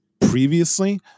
previously